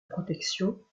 protection